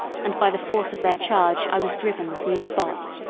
and by the force of their charge i was driven from the spot.